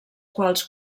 quals